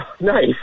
Nice